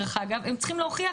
הן צריכות להוכיח